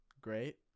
great